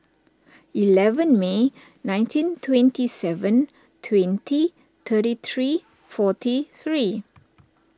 eleven May nineteen twenty seven twenty thirty three forty three